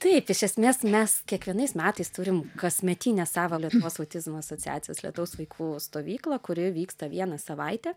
taip iš esmės mes kiekvienais metais turim kasmetinę savo lietuvos autizmo asociacijos lietaus vaikų stovyklą kuri vyksta vieną savaitę